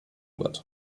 wird